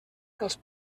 els